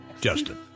Justin